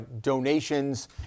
donations